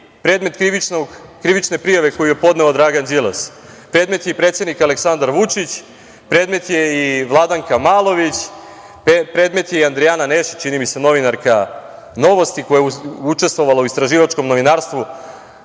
predmet krivične prijave koju je podneo Dragan Đilas, predmet je i predsednik Aleksandar Vučić, predmet je i Vladanka Malović, predmet je i Andrijana Nešić, čini mi se, novinarka Novosti koja je učestvovala u istraživačkom novinarstvu